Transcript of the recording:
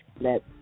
Let